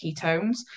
ketones